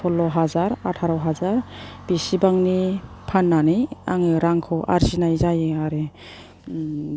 सल्ल' हाजार आटार' हाजार बिसिबांनि फान्नानै आङो रांखौ आरजिनाय जायो आरो